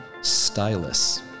Stylus